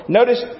Notice